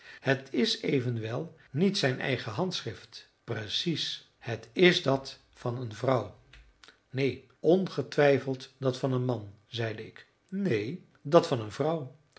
het is evenwel niet zijn eigen handschrift precies het is dat van een vrouw neen ongetwijfeld dat van een man zeide ik neen dat van een vrouw